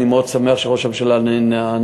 אני מאוד שמח שראש הממשלה נענה,